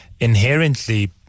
inherently